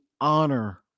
honor